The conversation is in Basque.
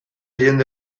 jende